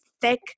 thick